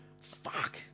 Fuck